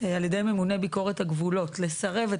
על ידי ממונה ביקורת הגבולות לסרב את